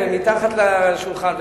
ומתחת לשולחן,